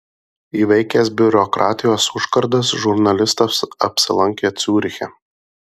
įveikęs biurokratijos užkardas žurnalistas apsilankė ciuriche